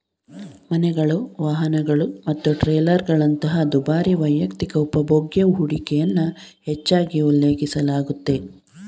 ಮನೆಗಳು, ವಾಹನಗಳು ಮತ್ತು ಟ್ರೇಲರ್ಗಳಂತಹ ದುಬಾರಿ ವೈಯಕ್ತಿಕ ಉಪಭೋಗ್ಯ ಹೂಡಿಕೆಯನ್ನ ಹೆಚ್ಚಾಗಿ ಉಲ್ಲೇಖಿಸಲಾಗುತ್ತೆ